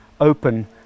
open